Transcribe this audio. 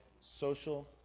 Social